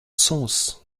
sens